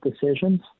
decisions